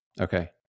Okay